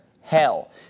Hell